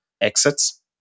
exits